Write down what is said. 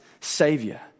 Savior